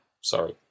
Sorry